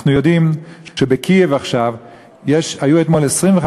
אנחנו יודעים שבקייב היו אתמול 25